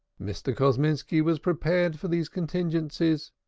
mr. kosminski was prepared for these contingencies.